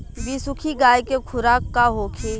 बिसुखी गाय के खुराक का होखे?